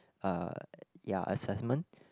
uh ya assessment